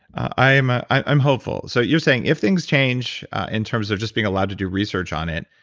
i'm ah i'm hopeful. so you're saying, if things change in terms of just being allowed to do research on it.